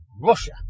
Russia